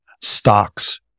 stocks